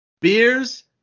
Beers